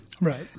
Right